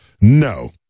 no